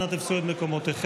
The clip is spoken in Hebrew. אנא תפסו את מקומותיכם.